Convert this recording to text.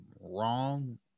wrong